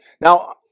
Now